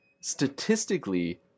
statistically